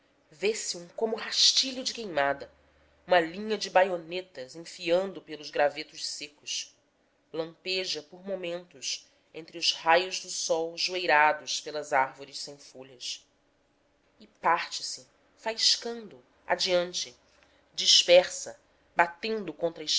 vê-se um como rastilho de queimada uma linha de baionetas enfiando pelos gravetos secos lampeja por momentos entre os raios do sol joeirados pelas árvores sem folhas e parte-se faiscando adiante dispersa batendo contra